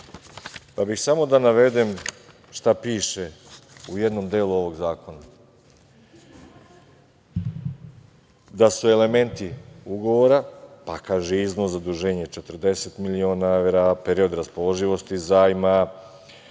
bih da navedem šta piše u jednom delu ovog zakona, da su elementi ugovora, pa kaže - iznos zaduženja 40 miliona evra, period raspoloživosti zajma,